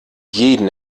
jeden